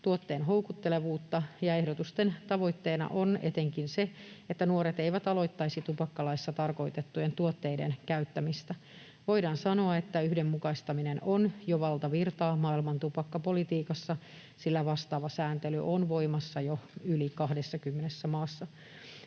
tuotteen houkuttelevuutta, ja ehdotusten tavoitteena on etenkin se, että nuoret eivät aloittaisi tupakkalaissa tarkoitettujen tuotteiden käyttämistä. Voidaan sanoa, että yhdenmukaistaminen on jo valtavirtaa maailman tupakkapolitiikassa, sillä vastaava sääntely on voimassa jo yli 20 maassa.